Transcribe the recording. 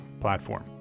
platform